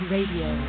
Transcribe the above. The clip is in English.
Radio